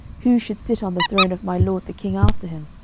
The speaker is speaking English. who should sit on the throne of my lord the king after him?